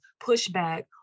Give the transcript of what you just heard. pushback